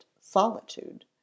solitude